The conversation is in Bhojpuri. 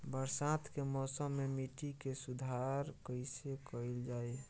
बरसात के मौसम में मिट्टी के सुधार कइसे कइल जाई?